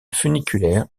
funiculaire